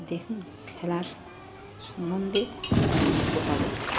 দেখুন খেলার সম্বন্ধে কিছু কথা বলছি